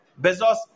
Bezos